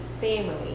family